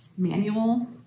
Manual